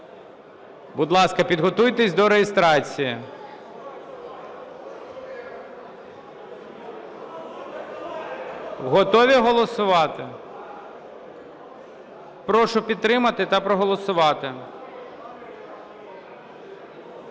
Будь ласка, підготуйтесь до реєстрації. Готові голосувати? Прошу підтримати та проголосувати.